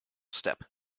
step